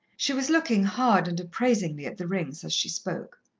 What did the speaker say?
she was looking hard and appraisingly at the rings as she spoke.